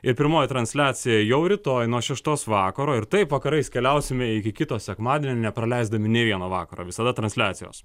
ir pirmoji transliacija jau rytoj nuo šeštos vakaro ir taip vakarais keliausime iki kito sekmadienio nepraleisdami nei vieno vakaro visada transliacijos